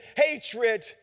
hatred